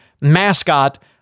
mascot